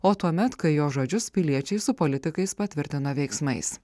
o tuomet kai jos žodžius piliečiai su politikais patvirtina veiksmais